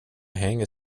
hänger